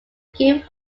give